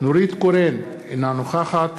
נורית קורן, אינה נוכחת